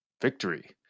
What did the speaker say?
victory